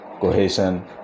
cohesion